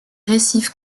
récifs